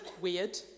weird